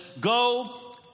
go